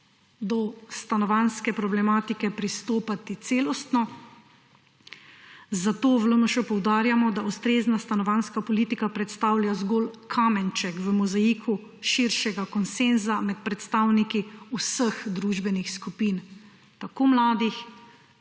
do stanovanjske problematike pristopati celostno, zato v LMŠ poudarjamo, da ustrezna stanovanjska politika predstavlja zgolj kamenček v mozaiku širšega konsenza med predstavniki vseh družbenih skupin, tako mladih,